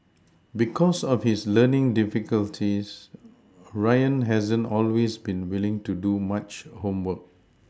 because of his learning difficulties Ryan hasn't always been willing to do much homework